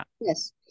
Yes